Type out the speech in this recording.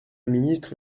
ministre